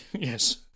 yes